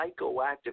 psychoactive